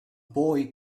boy